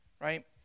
Right